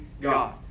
God